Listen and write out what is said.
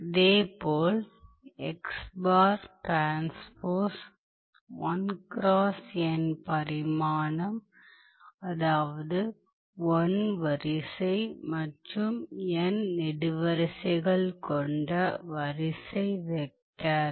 இதேபோல் பரிமாணம் அதாவது 1 வரிசை மற்றும் n நெடுவரிசைகள் கொண்ட ஒரு வரிசை வெக்டர்